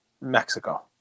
Mexico